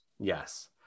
Yes